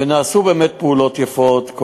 ונעשו באמת פעולות יפות,